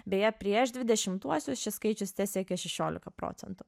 beje prieš dvidešimtuosius šis skaičius tesiekė šešiolika procentų